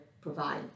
provide